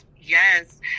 Yes